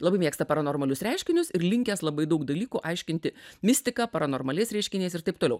labai mėgsta paranormalius reiškinius ir linkęs labai daug dalykų aiškinti mistika paranormaliais reiškiniais ir taip toliau